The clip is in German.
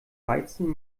weizen